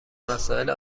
مسائل